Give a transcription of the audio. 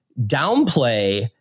downplay